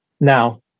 Now